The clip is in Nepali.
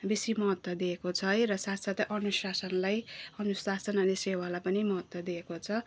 बेसी महत्त्व दिएको छ है र साथसाथै अनुशासनलाई अनुशासन अनि सेवालाई पनि महत्त्व दिएको छ